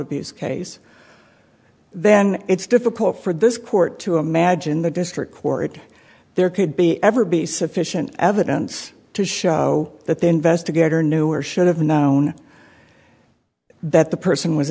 abuse case then it's difficult for this court to imagine the district court there could be ever be sufficient evidence to show that the investigator knew or should have known that the person was